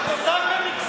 הקוזק הנגזל.